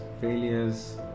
failures